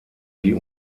die